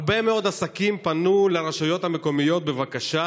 הרבה מאוד עסקים פנו לרשויות המקומיות בבקשה